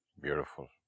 Beautiful